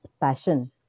passion